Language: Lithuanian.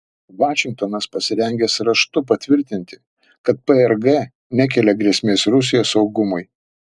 vašingtonas pasirengęs raštu patvirtinti kad prg nekelia grėsmės rusijos saugumui